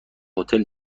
هتل